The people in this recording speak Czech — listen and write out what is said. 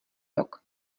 rok